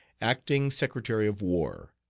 acting secretary of war.